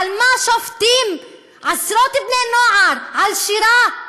על מה שופטים עשרות בני-נוער, על שירה?